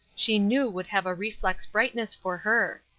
she knew would have a reflex brightness for her.